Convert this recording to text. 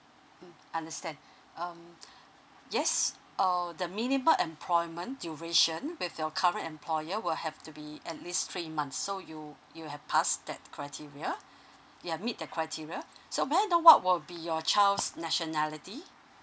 mm understand um yes uh the minimal employment duration with your current employer will have to be at least three months so you you have passed that criteria ya meet the criteria so may I know what will be your child's nationality